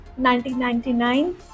1999